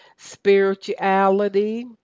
spirituality